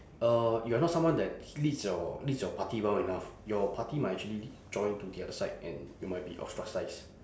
uh you are not someone that leads your leads your party well enough your party might actually join to the other side and you might be ostracised